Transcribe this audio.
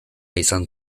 izan